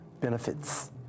benefits